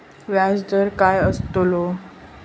व्याज दर काय आस्तलो?